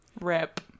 rip